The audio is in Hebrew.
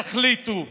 תחליטו.